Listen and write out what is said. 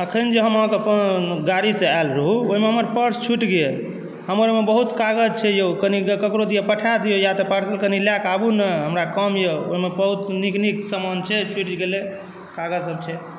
अखन जे हम अहाँके गाड़ी से आएल रहौं ओहिमे हमर पर्स छुटि गेल हमर ओहिमे बहुत कागज छै यौ कनि ककरो दिया पठा दिअ या तऽ पर्स कनि लऽ कऽ आबु ने हमरा काम यऽ ओहिमे बहुत नीक नीक समान छै छुटि गेलै कागज सभ छै